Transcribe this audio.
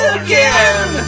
again